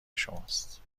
شماست